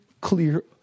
clear